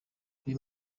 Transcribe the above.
uyu